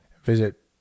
visit